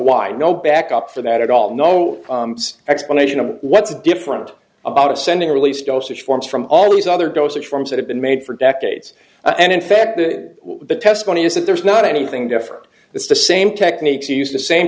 why no backup for that at all no explanation of what's different about ascending released dosage forms from all these other dosage forms that have been made for decades and in fact that the testimony is that there's not anything different it's the same techniques used the same